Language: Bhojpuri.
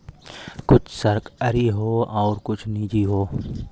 कुछ सरकारी हौ आउर कुछ निजी हौ